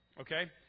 Okay